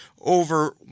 over